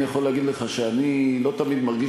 אני יכול להגיד לך שאני לא תמיד מרגיש